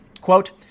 Quote